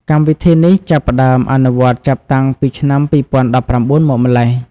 កម្មវិធីនេះចាប់ផ្តើមអនុវត្តចាប់តាំងពីឆ្នាំ២០១៩មកម្ល៉េះ។